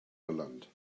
irland